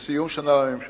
בדיון על סיום שנה לממשלה.